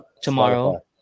tomorrow